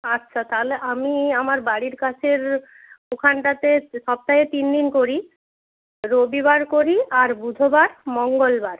আচ্ছা তাহলে আমি আমার বাড়ির কাছের ওখানে সপ্তাহে তিন দিন করি রবিবার করি আর বুধবার মঙ্গলবার